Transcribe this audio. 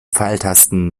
pfeiltasten